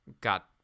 got